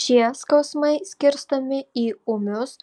šie skausmai skirstomi į ūmius